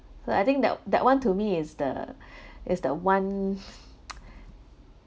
so I think that that one to me is the is the one